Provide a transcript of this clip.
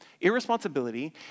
irresponsibility